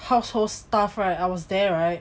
household stuff right I was there right